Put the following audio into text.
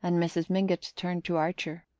and mrs. mingott turned to archer.